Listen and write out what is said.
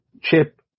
Chip